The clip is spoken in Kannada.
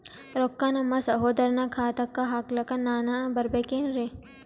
ರೊಕ್ಕ ನಮ್ಮಸಹೋದರನ ಖಾತಾಕ್ಕ ಹಾಕ್ಲಕ ನಾನಾ ಬರಬೇಕೆನ್ರೀ?